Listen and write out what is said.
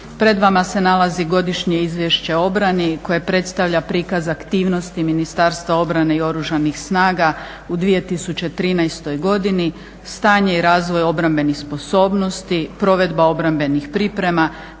Pred vama se nalazi Godišnje izvješće o obrani koje predstavlja prikaz aktivnosti Ministarstva obrane i Oružanih snaga u 2013. godini, stanje i razvoj obrambenih sposobnosti, provedba obrambenih priprema